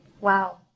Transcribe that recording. Wow